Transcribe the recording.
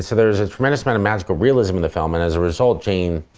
so there's a tremendous amount of magical realism in the film and as a result, jane.